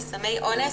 לסמי אונס